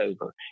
over